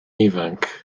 ifanc